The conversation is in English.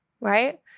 right